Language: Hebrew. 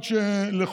סוגרים את כל העולם.